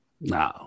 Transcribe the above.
No